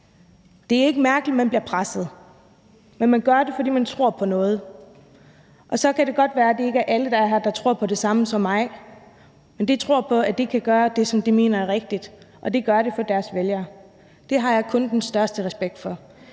Det er ikke mærkeligt, at man bliver presset, men man gør det, fordi man tror på noget. Og så kan det godt være, at det ikke er alle, der er her, der tror på det samme som mig, men de tror på, at de kan gøre det, som de mener er rigtigt, og det gør de for deres vælgere. Det har jeg kun den største respekt for.